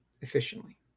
efficiently